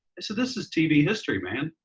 this this is tv history, man.